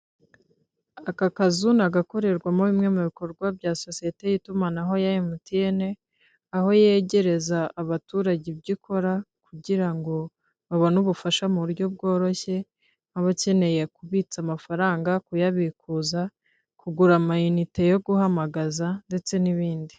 Aka kazu ni agakorerwamo bimwe mu bikorwa bya sosiyete y'itumanaho ya MTN, aho yegereza abaturage ibyo ikora, kugira ngo babone ubufasha mu buryo bworoshye, nk'abakeneye kubitsa amafaranga, kuyabikuza, kugura amayinite yo guhamagaza, ndetse n'ibindi.